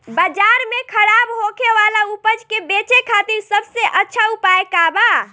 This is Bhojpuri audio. बाजार में खराब होखे वाला उपज के बेचे खातिर सबसे अच्छा उपाय का बा?